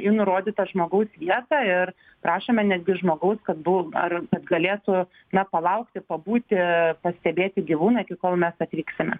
į nurodytą žmogaus vietą ir prašome netgi žmogaus kad bu ar galėtų na palaukti pabūti pastebėti gyvūną iki kol mes atvyksime